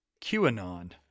QAnon